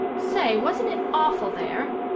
say, wasn't it awful there?